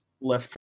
Left